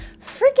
freaking